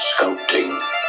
sculpting